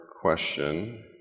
question